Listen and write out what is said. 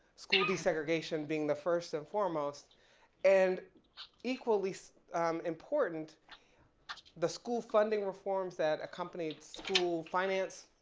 school desegregation being the first and foremost and equally so important the school funding reforms that accompanied school finance,